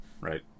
right